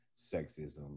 sexism